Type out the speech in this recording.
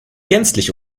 gänzlich